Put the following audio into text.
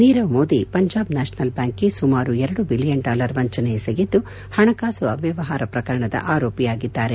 Nirav Modi Punjab national ಬ್ಯಾಂಕ್ಗೆ ಸುಮಾರು ಎರಡು ಬಿಲಿಯನ್ ಡಾಲರ್ ವಂಚನೆ ಎಸಗಿದ್ದು ಹಣಕಾಸು ಅವ್ಯವಹಾರ ಪ್ರಕರಣದ ಆರೋಪಿಯಾಗಿದ್ದಾರೆ